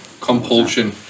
Compulsion